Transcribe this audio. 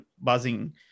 buzzing